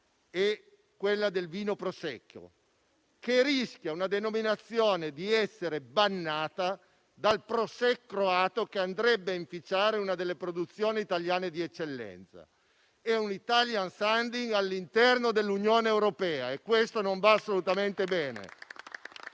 è quella del vino Prosecco, una denominazione che rischia di essere bannata dal Prošek croato, che andrebbe a inficiare una delle produzioni italiane di eccellenza. È un *italian sounding* all'interno dell'Unione europea e questo non va assolutamente bene.